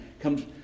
comes